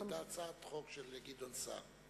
היתה הצעת חוק של גדעון סער.